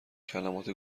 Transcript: کلمات